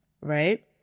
Right